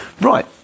right